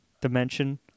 dimension